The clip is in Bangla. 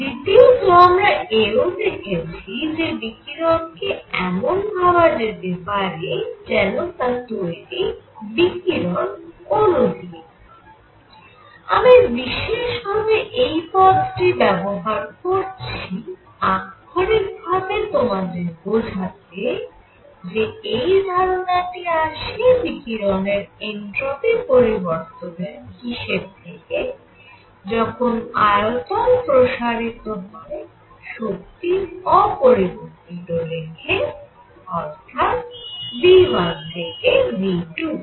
দ্বিতীয়ত আমরা এও দেখেছি যে বিকিরণকে এমন ভাবা যেতে পারে যেন তা তৈরি বিকিরণ অণু দিয়ে আমি বিশেষ ভাবে এই পদটি ব্যবহার করছি আক্ষরিকভাবে তোমাদের বোঝাতে যে এই ধারনাটি আসে বিকিরণের এনট্রপি পরিবর্তনের হিসেব থেকে যখন আয়তন প্রসারিত হয় শক্তি অপরিবর্তিত রেখে অর্থাৎ v1 থেকে v2